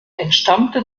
entstammte